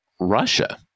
Russia